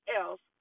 else